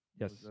Yes